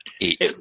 Eight